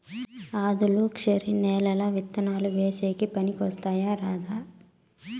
ఆధులుక్షరి నేలలు విత్తనాలు వేసేకి పనికి వస్తాయా రాదా?